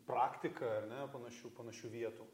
praktika ar ne panašių panašių vietų